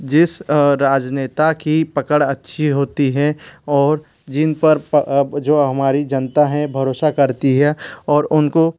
जिस राजनेता की पकड़ अच्छी होती है और जिन पर जो हमारी जनता है भरोसा करती है और उनको